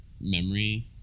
memory